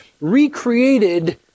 recreated